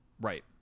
Right